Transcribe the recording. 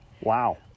Wow